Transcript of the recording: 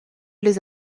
les